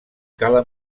cala